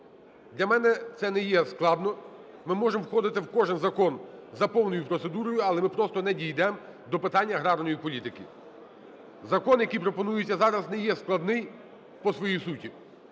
Для мене це не є складно, ми можемо входити в кожен закон за повною процедурою, але ми просто не дійдемо до питань аграрної політики. Закон, який пропонується зараз, не є складний по своїй суті.